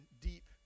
deep